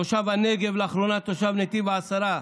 תושב הנגב, לאחרונה תושב נתיב העשרה,